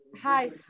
Hi